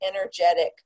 energetic